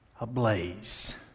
ablaze